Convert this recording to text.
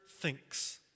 thinks